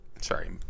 sorry